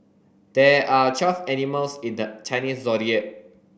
there are twelve animals in the Chinese Zodiac